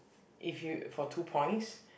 if you for two points